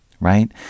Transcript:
Right